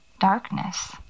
Darkness